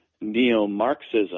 neo-Marxism